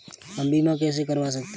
हम बीमा कैसे करवा सकते हैं?